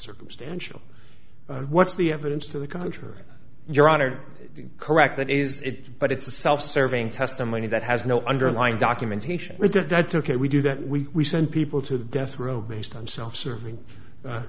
circumstantial what's the evidence to the contrary you're honored correct that is it but it's a self serving testimony that has no underlying documentation that's ok we do that we send people to death row based on self serving